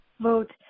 vote